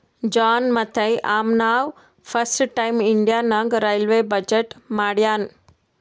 John Mathai ಅಂನವಾ first time India ನಾಗ್ railway budget ಮಾಡ್ಯಾನ್